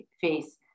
face